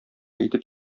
итеп